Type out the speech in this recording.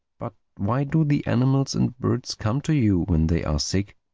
but why do the animals and birds come to you when they are sick?